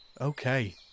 Okay